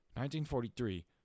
1943